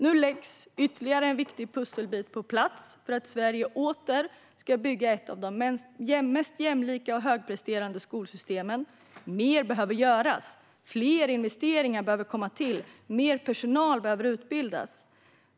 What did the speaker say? Nu läggs ytterligare en viktig pusselbit på plats för att Sverige åter ska bygga ett av de mest jämlika och högpresterande skolsystemen. Mer behöver göras. Fler investeringar behöver komma till. Mer personal behöver utbildas.